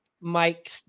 Mike